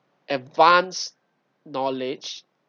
advance knowledge